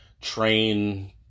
train